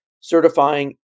certifying